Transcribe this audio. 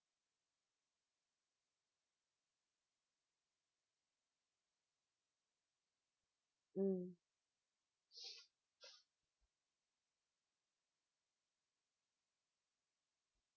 mm